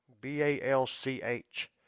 b-a-l-c-h